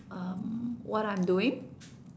um what I'm doing